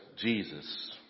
Jesus